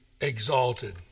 exalted